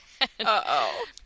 Uh-oh